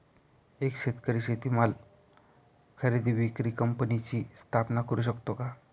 एक शेतकरी शेतीमाल खरेदी विक्री कंपनीची स्थापना करु शकतो का?